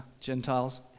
Gentiles